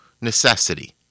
necessity